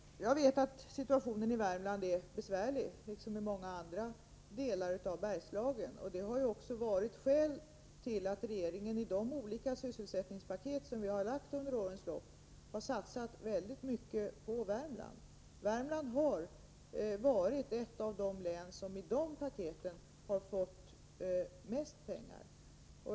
Jag vet att situationen i Värmland är besvärlig liksom i många andra delar av Bergslagen. Det har också varit skälet till att regeringen i olika sysselsättningspaket som vi under årens lopp har framlagt har satsat väldigt mycket på Värmland. Värmland har varit ett av de län som i de paketen fått mest pengar.